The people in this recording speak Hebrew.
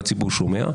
והציבור שומע,